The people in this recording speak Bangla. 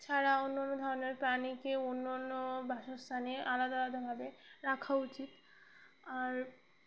ছাড়া অন্য ধরনের প্রাণীকে অন্য অন্য বাসস্থানে আলাদা আলাদাভাবে রাখা উচিত আর